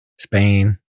Spain